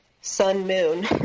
sun-moon